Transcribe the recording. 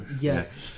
Yes